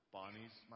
Bonnie's